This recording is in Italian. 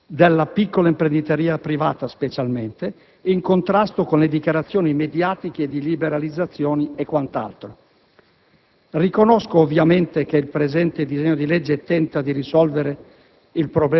della piccola imprenditoria privata, in contrasto con le dichiarazioni mediatiche di liberalizzazioni e quant'altro. Riconosco ovviamente che il presente disegno di legge tenta di risolvere